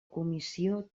comissió